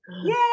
Yay